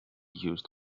used